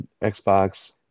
Xbox